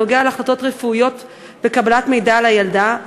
בנוגע להחלטות רפואיות ומתן מידע על הילדה,